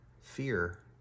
fear